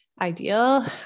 ideal